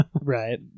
right